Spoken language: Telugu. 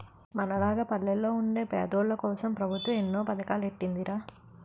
మనలాగ పల్లెల్లో వుండే పేదోల్లకోసం పెబుత్వం ఎన్నో పదకాలెట్టీందిరా